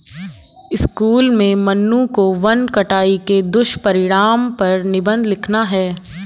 school में मन्नू को वन कटाई के दुष्परिणाम पर निबंध लिखना है